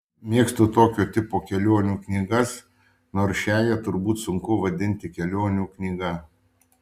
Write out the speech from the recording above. mėgstu tokio tipo kelionių knygas nors šiąją turbūt sunku vadinti kelionių knyga